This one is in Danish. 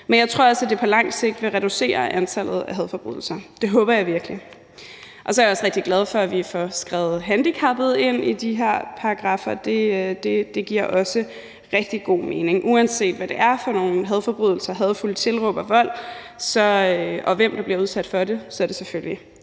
Men jeg tror også, at det på lang sigt vil reducere antallet af hadforbrydelser – det håber jeg virkelig. Så er jeg også rigtig glad for, at vi får skrevet handicappede ind i de her paragraffer. Det giver også rigtig god mening, uanset hvad det er for nogen hadforbrydelser, hadefulde tilråb og vold, og hvem der bliver udsat for det, så er det selvfølgelig